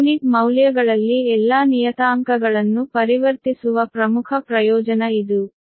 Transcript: per unit ಮೌಲ್ಯಗಳಲ್ಲಿ ಎಲ್ಲಾ ನಿಯತಾಂಕಗಳನ್ನು ಪರಿವರ್ತಿಸುವ ಪ್ರಮುಖ ಪ್ರಯೋಜನ ಇದು